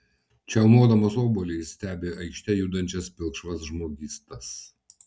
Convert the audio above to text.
čiaumodamas obuolį jis stebi aikšte judančias pilkšvas žmogystas